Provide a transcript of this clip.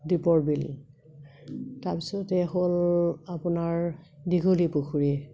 দীপৰ বিল তাৰপিছতে এই হ'ল আপোনাৰ দীঘলী পুখুৰী